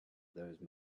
those